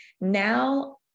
Now